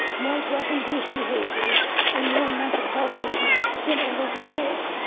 more drug-induced behaviors and more mental health issues than ever before.